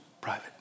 private